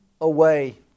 away